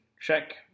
check